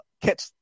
catch